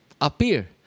appear